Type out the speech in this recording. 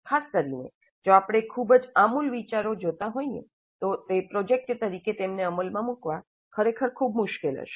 ખાસ કરીને જો આપણે ખૂબ જ આમૂલ વિચારો જોતા હોઈએ છીએ તો તે પ્રોજેક્ટ તરીકે તેમને અમલમાં મૂકવા ખરેખર ખૂબ મુશ્કેલ હશે